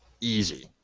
Easy